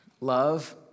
love